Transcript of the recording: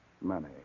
Money